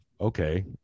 okay